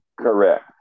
Correct